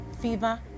fever